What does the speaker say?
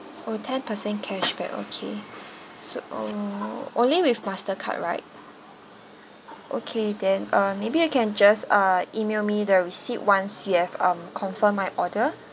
oh ten percent cashback okay so uh only with mastercard right okay then uh maybe you can just uh email me the receipt once you have um confirmed my order